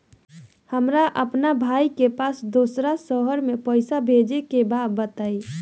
हमरा अपना भाई के पास दोसरा शहर में पइसा भेजे के बा बताई?